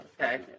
okay